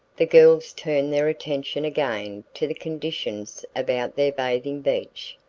the girls turned their attention again to the conditions about their bathing beach.